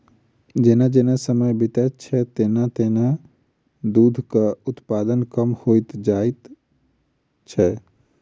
जेना जेना समय बीतैत छै, तेना तेना दूधक उत्पादन कम होइत जाइत छै